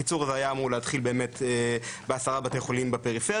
הקיצור הזה היה אמור להתחיל בעשרה בתי חולים בפריפריה.